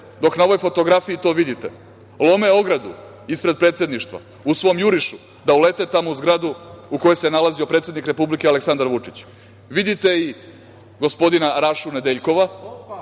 dok na ovoj fotografiji to vidite, lome ogradu ispred predsedništva u svom jurišu, da ulete tamo u zgradu u kojoj se nalazio predsednik Republike, Aleksandar Vučić. Vidite i gospodina Rašu Nedeljkova,